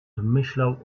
myślał